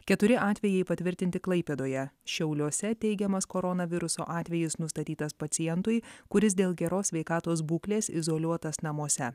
keturi atvejai patvirtinti klaipėdoje šiauliuose teigiamas koronaviruso atvejis nustatytas pacientui kuris dėl geros sveikatos būklės izoliuotas namuose